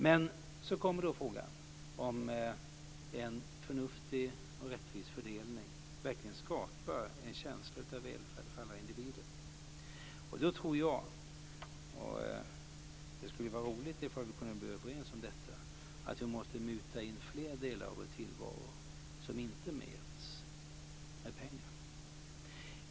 Men så kommer då frågan om ifall en förnuftig och rättvis fördelning verkligen skapar en känsla av välfärd för alla individer. Jag tror - och det skulle vara roligt om vi kunde bli överens om detta - att vi måste muta in fler delar av vår tillvaro som inte mäts med pengar.